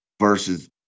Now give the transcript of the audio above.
versus